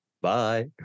Bye